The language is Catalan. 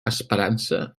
esperança